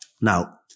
now